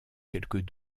quelques